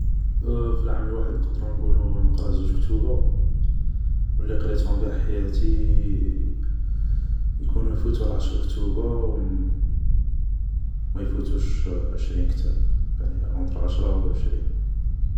في العام الواحد نقدرو نقولو نقرا زوج كتوبا ، و اللي قريتهم قاع حياتي يكونو يفوتو العشر كتوبا ، و مايفوتوش عشرين كتاب ، يعني اونطر عشرة و عشرين